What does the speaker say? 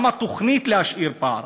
גם התוכנית היא להשאיר פער.